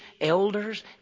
elders